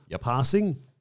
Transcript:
passing